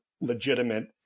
legitimate